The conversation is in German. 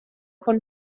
von